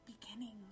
beginning